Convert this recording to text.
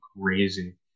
crazy